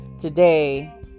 today